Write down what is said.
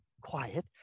quiet